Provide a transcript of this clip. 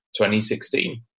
2016